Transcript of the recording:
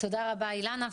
תודה רבה אילנה,